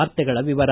ವಾರ್ತೆಗಳ ವಿವರ